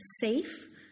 safe